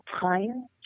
time